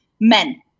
men